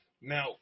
Now